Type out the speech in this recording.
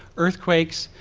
earthquakes,